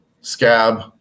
Scab